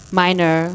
minor